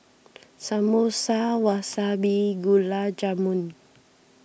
Samosa Wasabi Gulab Jamun